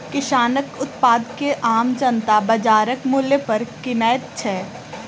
किसानक उत्पाद के आम जनता बाजारक मूल्य पर किनैत छै